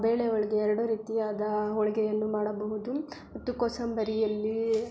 ಬೇಳೆ ಹೋಳ್ಗೆ ಎರಡು ರೀತಿಯಾದ ಹೋಳಿಗೆಯನ್ನು ಮಾಡಬಹುದು ಮತ್ತು ಕೋಸಂಬರಿಯಲ್ಲಿ